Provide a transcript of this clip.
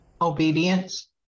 obedience